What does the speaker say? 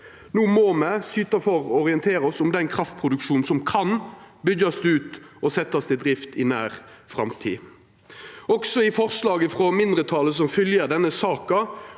No må me syta for å orientera oss om den kraftproduksjonen som kan byggjast ut og setjast i drift i nær framtid. Også i forslaget frå mindretalet som fylgjer denne saka,